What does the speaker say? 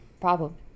problem